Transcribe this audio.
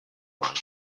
line